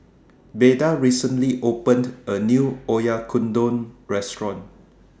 Beda recently opened A New Oyakodon Restaurant